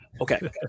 okay